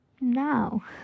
Now